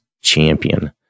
champion